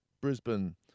Brisbane